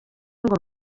ngo